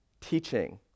teaching